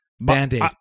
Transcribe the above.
Band-Aid